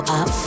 up